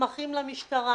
ומסמכים למשטרה.